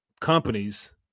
companies